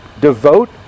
Devote